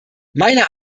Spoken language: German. meiner